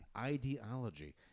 Ideology